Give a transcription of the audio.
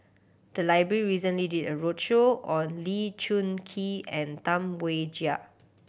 the library recently did a roadshow on Lee Choon Kee and Tam Wai Jia